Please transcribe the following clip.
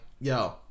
yo